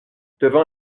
devant